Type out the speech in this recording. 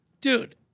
Dude